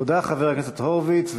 תודה, חבר הכנסת הורוביץ.